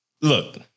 Look